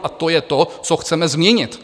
A to je to, co chceme změnit.